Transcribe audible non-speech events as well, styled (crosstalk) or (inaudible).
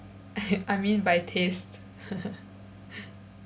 (laughs) I mean by taste (laughs)